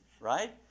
right